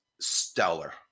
stellar